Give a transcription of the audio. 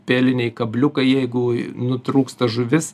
pėliniai kabliukai jeigu nutrūksta žuvis